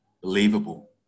believable